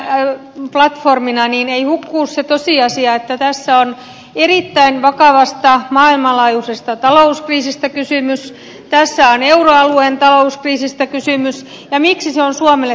he puhujapöntön käyttämiseen näytelmäplatformina ei huku se tosiasia että tässä on erittäin vakavasta maailmanlaajuisesta talouskriisistä kysymys tässä on euroalueen talouskriisistä kysymys ja miksi se on suomelle tärkeää